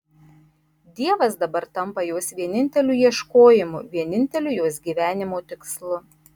dievas dabar tampa jos vieninteliu ieškojimu vieninteliu jos gyvenimo tikslu